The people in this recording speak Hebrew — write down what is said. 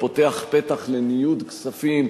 אדוני יושב-ראש הכנסת,